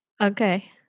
Okay